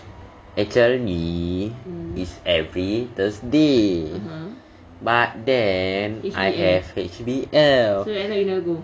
actually is every thursday but then I have H_B_L